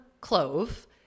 Clove